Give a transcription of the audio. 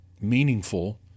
meaningful